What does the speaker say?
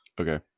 Okay